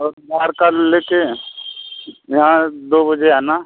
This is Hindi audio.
और आधार कार्ड ले के यहाँ दो बजे आना